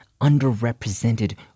underrepresented